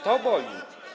To boli.